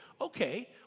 Okay